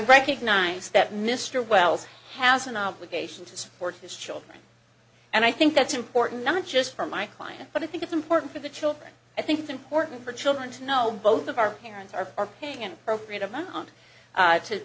recognize that mr wells has an obligation to support his children and i think that's important not just for my client but i think it's important for the children i think it's important for children to know both of our parents are paying an appropriate amount